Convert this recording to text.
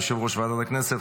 יושב-ראש ועדת הכנסת.